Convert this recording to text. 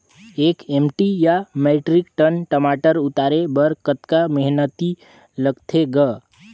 एक एम.टी या metric ton टमाटर उतारे बर कतका मेहनती लगथे ग?